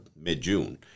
mid-June